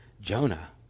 Jonah